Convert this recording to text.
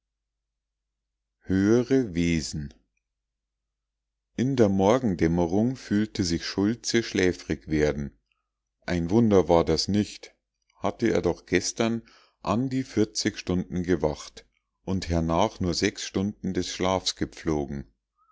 höhere wesen in der morgendämmerung fühlte sich schultze schläfrig werden ein wunder war das nicht hatte er doch gestern an die stunden gewacht und hernach nur stunden des schlafs gepflogen